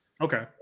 Okay